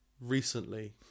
recently